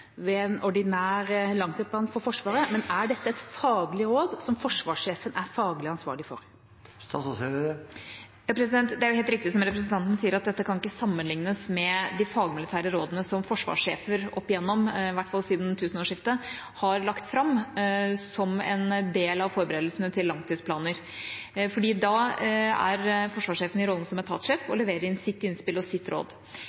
ved en ordinær langtidsplan for Forsvaret, men er dette et faglig råd som forsvarssjefen er faglig ansvarlig for? Det er helt riktig som representanten sier, at dette ikke kan sammenlignes med de fagmilitære rådene som forsvarssjefer, i hvert fall siden tusenårsskiftet, har lagt fram som en del av forberedelsene til langtidsplaner. Da er forsvarssjefen i rollen som etatssjef og leverer inn sitt innspill og sitt råd.